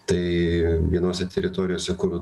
tai vienose teritorijose kur